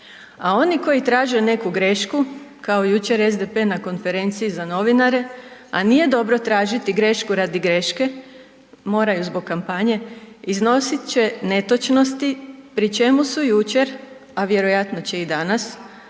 A oni koji traže neku grašku kao jučer SDP na konferenciji za novinare, a nije dobro tražiti grešku radi greške, moraju zbog kampanje, iznosit će netočnosti pri čemu su jučer, a vjerojatno će i danas